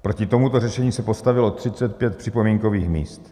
Proti tomuto řešení se postavilo 35 připomínkových míst.